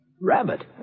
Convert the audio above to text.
Rabbit